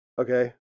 Okay